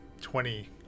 twenty